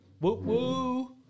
Woo-woo